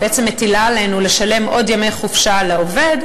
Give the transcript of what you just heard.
את בעצם מטילה עלינו לשלם עוד ימי חופשה לעובד?